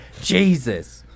Jesus